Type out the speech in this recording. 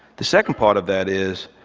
the second part of that is